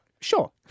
Sure